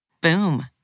Boom